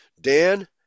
Dan